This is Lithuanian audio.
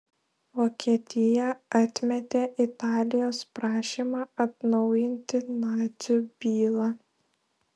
vokietija atmetė italijos prašymą atnaujinti nacių bylą